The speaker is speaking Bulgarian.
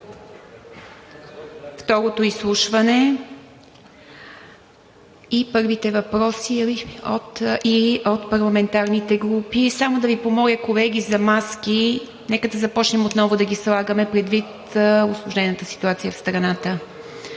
второто изслушване и първите въпроси от парламентарните групи. Само да Ви помоля, колеги, за маски. Нека започнем отново да ги слагаме предвид усложнената ситуация в страната.